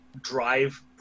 drive